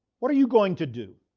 what are you going to do?